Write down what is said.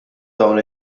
dawn